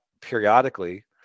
periodically